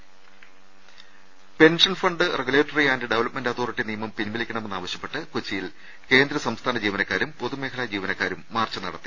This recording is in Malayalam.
ശേക്ഷക്കങ്ങ pension fund regulatory and development authority നിയമം പിൻവലിക്കണമെന്നാവശ്യപ്പെട്ട് കൊച്ചിയിൽ കേന്ദ്ര സംസ്ഥാന ജീവനക്കാരും പൊതു മേഖലാ ജീവനക്കാരും മാർച്ച് നടത്തി